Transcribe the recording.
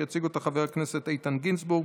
יציג אותה חבר הכנסת איתן גינזבורג,